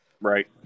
Right